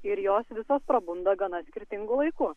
ir jos visos prabunda gana skirtingu laiku